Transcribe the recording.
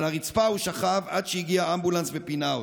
על הרצפה הוא שכב עד שהגיע אמבולנס ופינה אותו.